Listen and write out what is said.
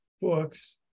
books